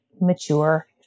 mature